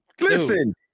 Listen